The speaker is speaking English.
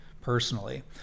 personally